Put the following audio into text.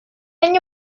año